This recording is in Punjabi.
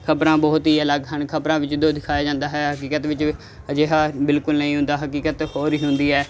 ਖਬਰਾਂ ਬਹੁਤ ਹੀ ਅਲੱਗ ਹਨ ਖਬਰਾਂ ਵਿੱਚ ਜੋ ਦਿਖਾਇਆ ਜਾਂਦਾ ਹੈ ਹਕੀਕਤ ਵਿੱਚ ਅਜਿਹਾ ਬਿਲਕੁਲ ਨਹੀਂ ਹੁੰਦਾ ਹਕੀਕਤ ਹੋਰ ਹੀ ਹੁੰਦੀ ਹੈ